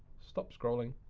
stop scrolling.